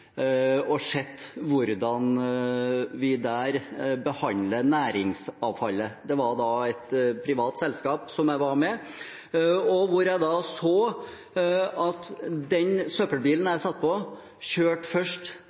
har sett hvordan vi der behandler næringsavfallet. Det var et privat selskap jeg var med, og da så jeg at den søppelbilen jeg satt på, kjørte først